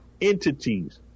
entities